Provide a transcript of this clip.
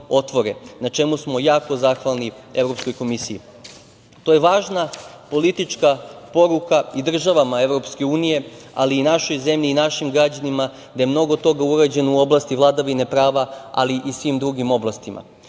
na čemu smo jako zahvalni Evropskoj komisiji. To je važna politička poruka i državama Evropske unije, ali i našoj zemlji i našim građanima da je mnogo toga urađeno u oblasti vladavine prava, ali i svim drugim oblastima. Ova